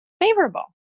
favorable